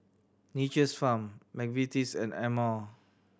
Nature's Farm McVitie's and Amore